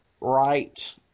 right